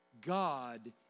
God